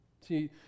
See